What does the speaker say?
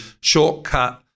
shortcut